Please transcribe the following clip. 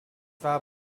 war